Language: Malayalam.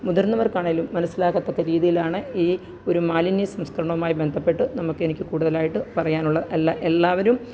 മുതിര്ന്നവര്ക്ക് ആണെങ്കിലും മനസ്സിലാകത്തക്ക രീതിയിലാണ് ഈ ഒരു മാലിന്യ സംസ്കരണവുമായി ബന്ധപ്പെട്ട് നമുക്ക് എനിക്ക് കൂടുതലായിട്ട് പറയാനുള്ളത് എല്ലാവരും